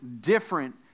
different